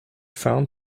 found